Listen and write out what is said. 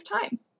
time